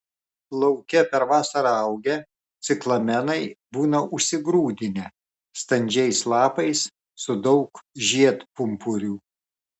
lauke per vasarą augę ciklamenai būna užsigrūdinę standžiais lapais su daug žiedpumpurių